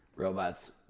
Robots